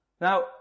Now